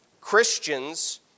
Christians